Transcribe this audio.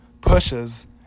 pushes